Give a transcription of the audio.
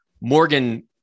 Morgan